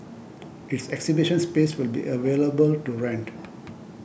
its exhibition space will be available to rent